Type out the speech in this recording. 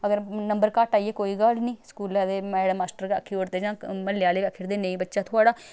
अगर नंबर घट्ट आई गे कोई गल्ल निं स्कूलै दे मैडम मास्टर आक्खी ओड़दे जां म्हल्ले आह्ले बी आक्खी ओड़दे नेईं बच्चा थुआढ़ा